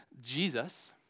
Jesus